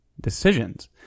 decisions